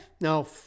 no